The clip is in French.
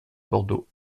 bordeaux